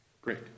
Great